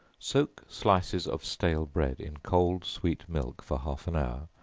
soak slices of stale bread in cold sweet milk for half an hour,